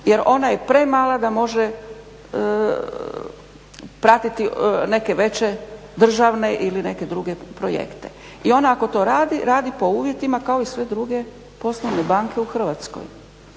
jer ona je premala da može pratiti neke veće državne ili neke druge projekte. I ona ako to radi radi po uvjetima kao i sve druge poslovne banke u Hrvatskoj.